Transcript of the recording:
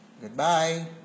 Goodbye